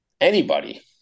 anybody-